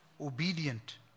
obedient